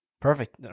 perfect